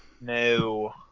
No